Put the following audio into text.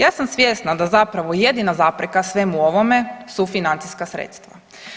Ja sam svjesna da zapravo jedina zapreka svemu ovome su financijska sredstva.